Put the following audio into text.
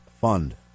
Fund